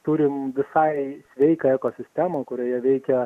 turim visai sveiką ekosistemą kurioje veikia